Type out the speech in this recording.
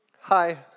Hi